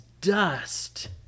dust